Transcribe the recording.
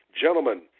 gentlemen